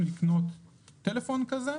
לקנות טלפון כזה,